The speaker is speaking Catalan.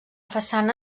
façana